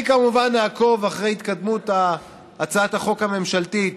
אני כמובן אעקוב אחרי התקדמות הצעת החוק הממשלתית